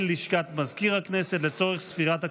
אל לשכת מזכיר הכנסת לצורך ספירת הקולות.